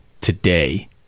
today